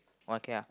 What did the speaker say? okay ah